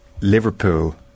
Liverpool